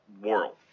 world